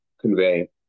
convey